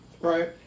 Right